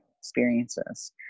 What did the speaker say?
experiences